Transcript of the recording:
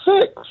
six